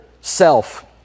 self